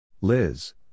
Liz